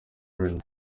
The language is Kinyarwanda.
rnb